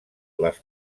les